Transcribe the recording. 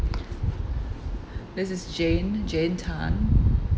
this is jane jane tan